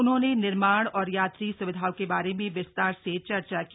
उन्होने निर्माण और यात्री सुविधाओ के बारे मे विस्तार से चर्चा की